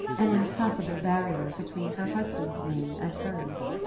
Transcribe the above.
an impassable barrier, between her husband's name and hers.